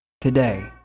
Today